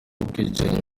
bwicanyi